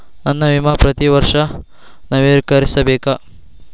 ನನ್ನ ವಿಮಾ ಪ್ರತಿ ವರ್ಷಾ ನವೇಕರಿಸಬೇಕಾ?